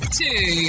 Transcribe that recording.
two